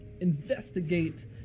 investigate